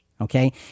Okay